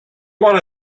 want